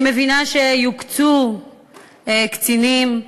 אני מבינה שיוקצו קצינים,